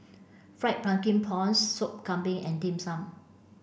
Fried Pumpkin Prawns Sop Kambing and Dim Sum